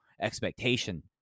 expectation